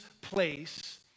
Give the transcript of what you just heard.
place